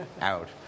out